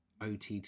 OTT